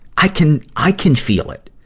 i can, i can feel it.